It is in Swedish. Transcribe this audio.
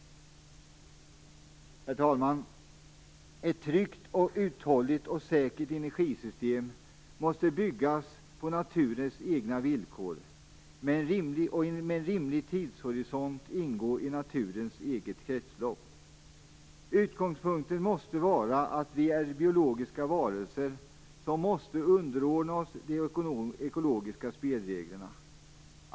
Herr talman! Ett tryggt, uthålligt och säkert energisystem måste byggas på naturens egna villkor och med en rimlig tidshorisont ingå i naturens eget kretslopp. Utgångspunkten måste vara att vi är biologiska varelser som måste underordna oss de ekologiska spelreglerna.